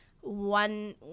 one